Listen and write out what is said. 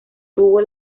tuvo